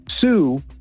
sue